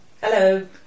Hello